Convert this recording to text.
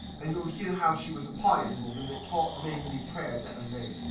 and you'll hear how she was a pious woman that taught me me prayers at er knee,